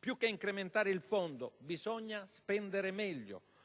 Più che incrementare il Fondo, bisogna spendere meglio